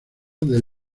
del